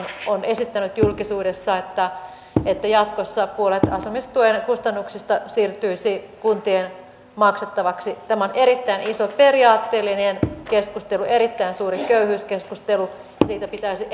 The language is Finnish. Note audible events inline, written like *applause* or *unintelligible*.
on esittänyt julkisuudessa että että jatkossa puolet asumistuen kustannuksista siirtyisi kuntien maksettavaksi tämä on erittäin iso periaatteellinen keskustelu erittäin suuri köyhyyskeskustelu siitä pitäisi *unintelligible*